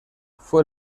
fue